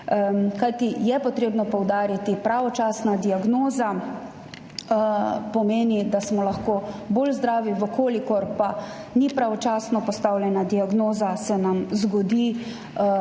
Kajti, potrebno je poudariti, pravočasna diagnoza pomeni, da smo lahko bolj zdravi, če pa ni pravočasno postavljena diagnoza, se nam zgodi,